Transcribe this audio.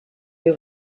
who